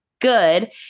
good